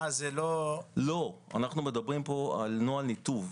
אנחנו מדברים פה על נוהל ניתוב,